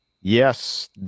yes